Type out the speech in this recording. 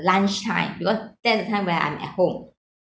lunchtime because that's the time when I'm at home